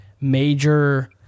major